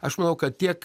aš manau kad tiek